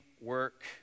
work